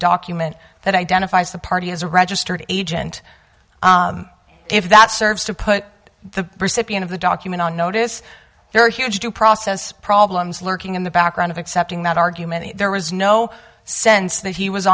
document that identifies the party as a registered agent if that serves to put the recipient of the document on notice there are huge due process problems lurking in the background of accepting that argument there was no sense that he was